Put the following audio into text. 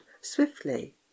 swiftly